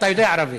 אתה יודע ערבית,